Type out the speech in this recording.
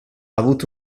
avuto